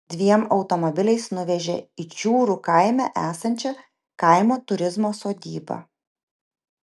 dviem automobiliais nuvežė į čiūrų kaime esančią kaimo turizmo sodybą